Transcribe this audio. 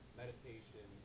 meditation